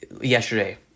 yesterday